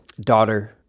daughter